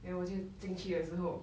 then 我就进去的时候